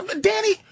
Danny